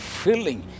filling